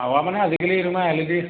মানে আজিকালি তোমাৰ এল ই ডি